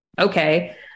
Okay